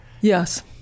Yes